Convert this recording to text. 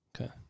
Okay